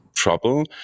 trouble